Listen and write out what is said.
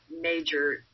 major